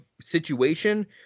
situation